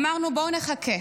אמרנו: בואו נחכה,